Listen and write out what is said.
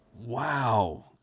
Wow